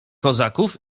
kozaków